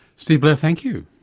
steve blair, thank you.